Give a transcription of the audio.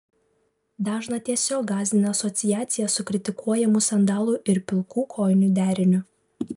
dažną tiesiog gąsdina asociacija su kritikuojamu sandalų ir pilkų kojinių deriniu